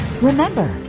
Remember